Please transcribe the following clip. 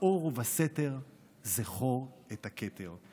"באור ובסתר זכור את הכתר",